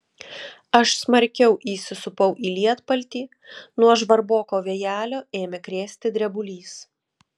aš smarkiau įsisupau į lietpaltį nuo žvarboko vėjelio ėmė krėsti drebulys